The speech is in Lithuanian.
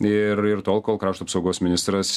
ir ir tol kol krašto apsaugos ministras